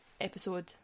episode